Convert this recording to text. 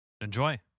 Enjoy